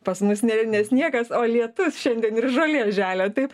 pas mus ne ne sniegas o lietus šiandien ir žolė želia taip